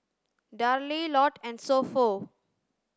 Darlie Lotte and So Pho